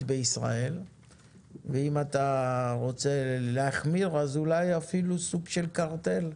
בישראל ואם אתה רוצה להחמיר אז אולי אפילו סוג של "קרטל".